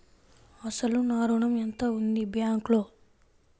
అసలు నా ఋణం ఎంతవుంది బ్యాంక్లో?